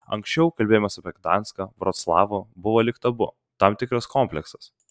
anksčiau kalbėjimas apie gdanską vroclavą buvo lyg tabu tam tikras kompleksas